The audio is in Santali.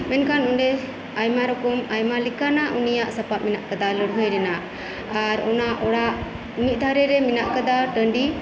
ᱢᱮᱱᱠᱷᱟᱱ ᱚᱸᱰᱮ ᱟᱭᱢᱟᱨᱚᱠᱚᱢ ᱟᱭᱢᱟ ᱞᱮᱠᱟᱱᱟᱜ ᱩᱱᱤᱭᱟᱜ ᱥᱟᱯᱟᱵ ᱢᱮᱱᱟᱜ ᱟᱠᱟᱫᱟ ᱞᱟᱹᱲᱦᱟᱹᱭ ᱨᱮᱱᱟᱜ ᱟᱨ ᱚᱱᱟ ᱚᱲᱟᱜ ᱢᱤᱫ ᱫᱷᱟᱨᱮ ᱨᱮ ᱢᱮᱱᱟᱜ ᱟᱠᱟᱫᱟ ᱴᱟᱺᱰᱤ